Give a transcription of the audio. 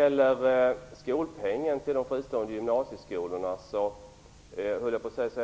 Med skolpengen till de fristående gymnasieskolorna är